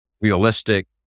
realistic